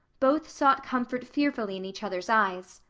both sought comfort fearfully in each other's eyes.